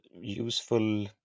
useful